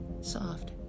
soft